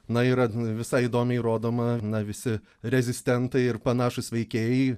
na yra visai įdomiai rodoma na visi rezistentai ir panašūs veikėjai